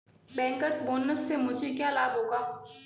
Bankers bonus से मुझे क्या लाभ होगा?